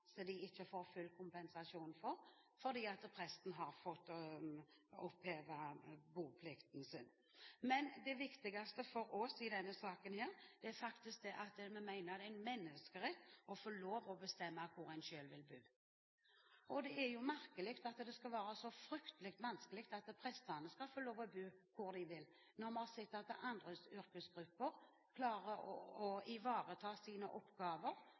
de ikke får full kompensasjon for fordi presten har fått opphevet boplikten sin. Men det viktigste for oss i denne saken er faktisk at vi mener det er en menneskerett å få bestemme hvor en selv vil bo. Det er merkelig at det skal være så fryktelig vanskelig at prestene skal få lov til å bo hvor de vil, når vi har sett at andre yrkesgrupper klarer å ivareta sine oppgaver